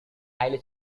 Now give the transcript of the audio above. highly